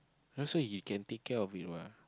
[huh] so he can take care of it what